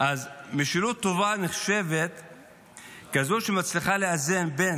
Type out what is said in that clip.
אז משילות טובה נחשבת כזאת שמצליחה לאזן בין